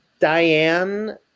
Diane